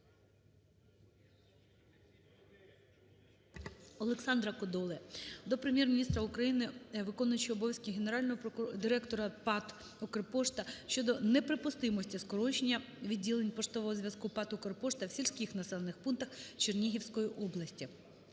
Олександра Кодоли до Прем'єр-міністра України, виконуючого обов'язки генерального директора ПАТ "Укрпошта" щодо неприпустимості скорочення відділень поштового зв'язку ПАТ "Укрпошта" в сільських населених пунктах Чернігівської області.